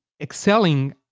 excelling